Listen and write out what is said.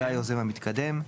זה היוזם המתקדם.